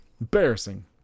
Embarrassing